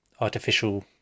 artificial